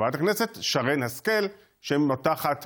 זה שהם לא נכנסים לתאגיד המים,